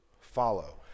follow